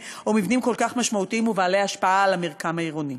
או מבנים כל כך משמעותיים ובעלי השפעה על המרקם העירוני.